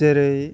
जेरै